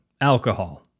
alcohol